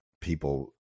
people